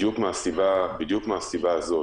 בדיוק מהסיבה הזאת,